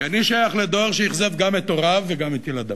כי אני שייך לדור שאכזב גם הוריו וגם את ילדיו: